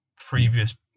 previous